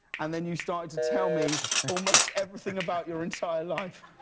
and then you started to tell me almost everything about your entire life.